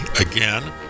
again